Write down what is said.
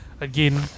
Again